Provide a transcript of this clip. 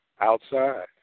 outside